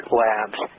labs